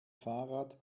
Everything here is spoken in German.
fahrrad